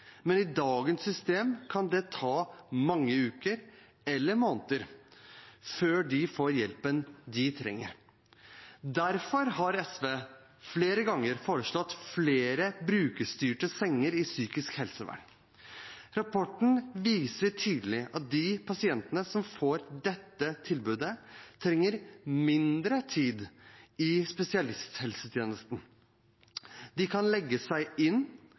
men i dagens system kan det ta mange uker, eller måneder, før de får hjelpen de trenger. Derfor har SV flere ganger foreslått flere brukerstyrte senger i psykisk helsevern. Rapporten viser tydelig at de pasientene som får dette tilbudet, trenger mindre tid i spesialisthelsetjenesten. De kan legge seg inn,